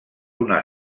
una